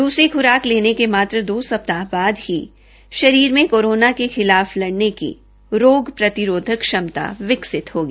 दूसरी खुराक लेने के मात्र दो सप्ताह बाद ही शरीर में कोरोना के खिलाफ लड़ने की रोग प्रतिरोधक श्रमता विकसित होगी